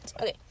Okay